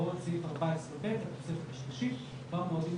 חברות כלכליות וחברות בת של השלטון המקומי,